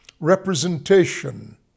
representation